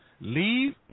Leave